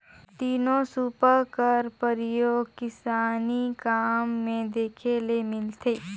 तीनो सूपा कर परियोग किसानी काम मे देखे ले मिलथे